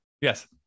yes